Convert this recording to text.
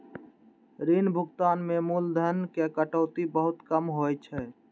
ऋण भुगतान मे मूलधन के कटौती बहुत कम होइ छै